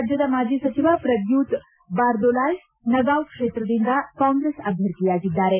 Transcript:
ರಾಜ್ಯದ ಮಾಜಿ ಸಚಿವ ಪ್ರದ್ಯೂತ್ ಬಾರ್ದೊಲಾಯ್ ನಗಾವ್ ಕ್ಷೇತ್ರದಿಂದ ಕಾಂಗ್ರೆಸ್ ಅಭ್ಲರ್ಥಿಯಾಗಿದ್ದಾರೆ